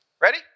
Ready